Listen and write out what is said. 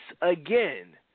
again